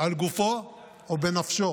על גופו ובנפשו,